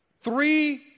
three